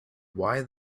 why